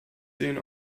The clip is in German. sehen